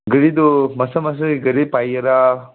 ꯒꯥꯔꯤꯗꯨ ꯃꯁꯥ ꯃꯁꯥꯒꯤ ꯒꯥꯔꯤ ꯄꯥꯏꯒꯦꯔ